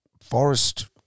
forest